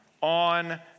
on